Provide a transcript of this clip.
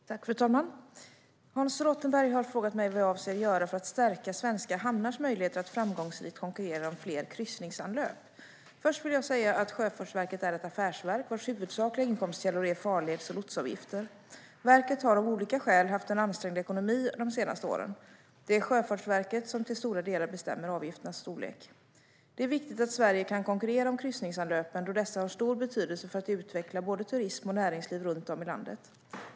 Fru ålderspresident! Hans Rothenberg har frågat mig vad jag avser att göra för att stärka svenska hamnars möjligheter att framgångsrikt konkurrera om fler kryssningsanlöp. Först vill jag säga att Sjöfartsverket är ett affärsverk vars huvudsakliga inkomstkällor är farleds och lotsavgifter. Verket har, av olika skäl, haft en ansträngd ekonomi under de senaste åren. Det är Sjöfartsverket som till stora delar bestämmer avgifternas storlek. Det är viktigt att Sverige kan konkurrera om kryssningsanlöpen då dessa har stor betydelse för att utveckla både turism och näringsliv runt om i landet.